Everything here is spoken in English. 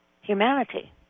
humanity